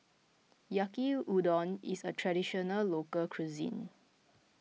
Yaki Udon is a Traditional Local Cuisine